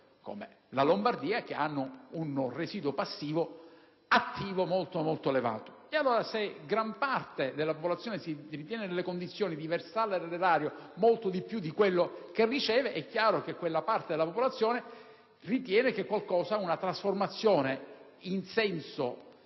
come la Lombardia, che hanno un residuo attivo molto elevato. Se gran parte della popolazione si ritiene nelle condizioni di versare all'Erario molto di più di quello che riceve, è chiaro che quella parte della popolazione ritiene anche che una trasformazione in senso